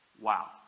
Wow